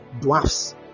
dwarfs